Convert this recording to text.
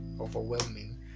overwhelming